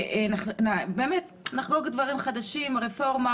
נחגוג דברים חדשים: הרפורמה,